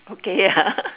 okay ah